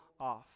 off